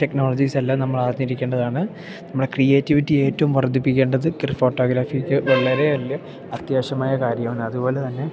ടെക്നോളജീസെല്ലാം നമ്മൾ അറിഞ്ഞിരിക്കേണ്ടതാണ് നമ്മുടെ ക്രിയേറ്റിവിറ്റി ഏറ്റവും വർദ്ധിപ്പിക്കേണ്ടത് ഫോട്ടോഗ്രാഫിക്ക് വളരെ വലിയ അത്യാവശ്യമായ കാര്യവാണ് അതുപോലെ തന്നെ